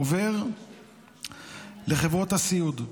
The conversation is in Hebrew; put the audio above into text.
העודף עובר לחברות הסיעוד.